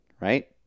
right